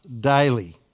daily